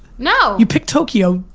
no. you picked tokyo.